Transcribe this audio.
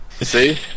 See